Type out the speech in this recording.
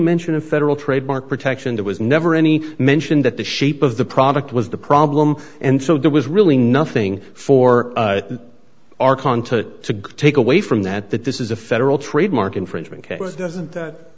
mention of federal trademark protection there was never any mention that the shape of the product was the problem and so there was really nothing for our content to take away from that that this is a federal trademark infringement case doesn't that